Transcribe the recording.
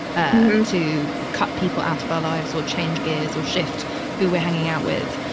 and to cut people out of our lives will change gears or shift who we're hanging out with.